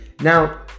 Now